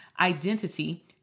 identity